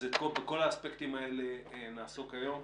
אז בכל האספקטים האלה נעסוק היום.